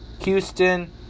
Houston